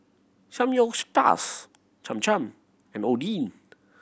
Cham Cham and Oden